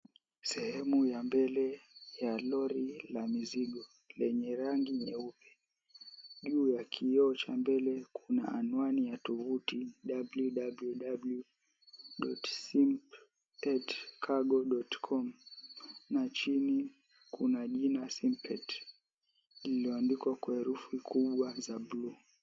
Sehemu ya mbele ya lori la mizigo lenye rangi nyeupe, juu ya kioo cha mbele kuna anuwani ya tuvuti, www.simpetcargo.com na chini kuna jina Simpet lililo andikwa kwa herufi kubwa za blue .